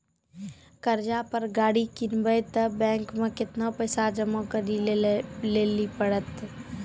कर्जा पर गाड़ी किनबै तऽ बैंक मे केतना पैसा जमा करे लेली पड़त?